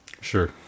Sure